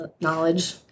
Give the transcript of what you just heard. knowledge